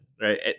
right